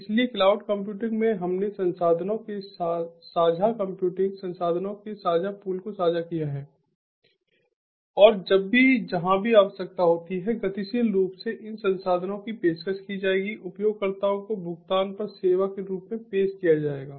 इसलिए cloud computing में हमने संसाधनों के साझा कंप्यूटिंग संसाधनों के साझा पूल को साझा किया है और जब भी जहां भी आवश्यकता होती है गतिशील रूप से इन संसाधनों की पेशकश की जाएगी उपयोगकर्ताओं को भुगतान पर सेवा के रूप में पेश किया जाएगा